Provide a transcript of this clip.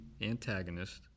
antagonist